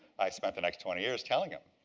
i spent the next twenty years telling him.